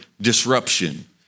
disruption